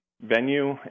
venue